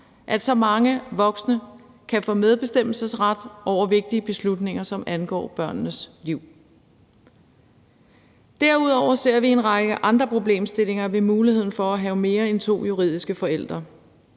at så mange voksne kan få medbestemmelsesret over vigtige beslutninger, som angår børnenes liv. Derudover ser vi en række andre problemstillinger ved muligheden for at have mere end to juridiske forældre.